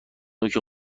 نوک